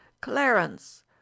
clarence